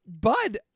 Bud